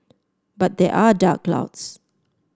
but there are dark clouds